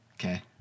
Okay